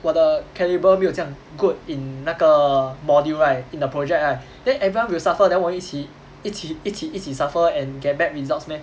我的 calibre 没有这样 good in 那个 module right in a project right then everyone will suffer then 我一起一起一起一起 suffer and get bad results meh